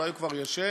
אולי הוא כבר ישן,